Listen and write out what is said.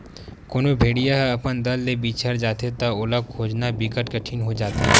कोनो भेड़िया ह अपन दल ले बिछड़ जाथे त ओला खोजना बिकट कठिन हो जाथे